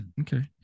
okay